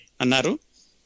Anaru